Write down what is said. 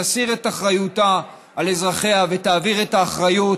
תסיר את אחריותה לאזרחיה ותעביר את האחריות